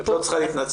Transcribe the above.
את לא צריכה להתנצל.